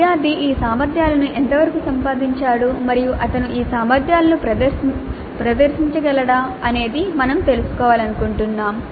విద్యార్థి ఈ సామర్థ్యాలను ఎంతవరకు సంపాదించాడు మరియు అతను ఈ సామర్థ్యాలను ప్రదర్శించగలడు అనేది మేము తెలుసుకోవాలనుకుంటున్నాము